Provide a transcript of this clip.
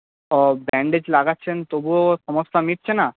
ও bandage লাগাচ্ছেন তবুও সমস্যা মিটছে না